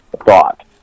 thought